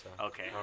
Okay